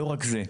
לא רק זה,